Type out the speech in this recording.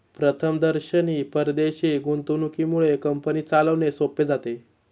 प्रथमदर्शनी परदेशी गुंतवणुकीमुळे कंपनी चालवणे सोपे जाते